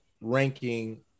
ranking